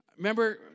Remember